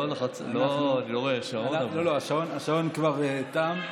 אני לא רואה שעון, אבל, השעון, כבר תם.